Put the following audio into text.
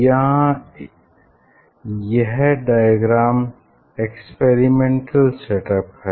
यहाँ यह diagram experimental set up है